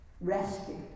rescue